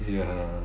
ya